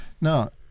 Now